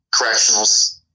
correctionals